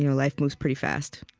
you know life moves pretty fast.